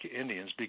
Indians